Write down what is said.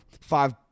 five